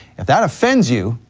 if that offends you,